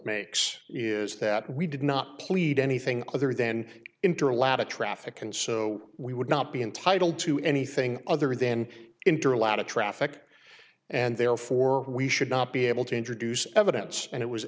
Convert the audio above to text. makes is that we did not plead anything other than interim latta traffic and so we would not be entitled to anything other than into a lot of traffic and therefore we should not be able to introduce evidence and it was